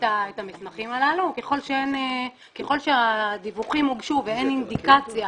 המסמכים הללו וככל שהדיווחים הוגשו ואין אינדיקציה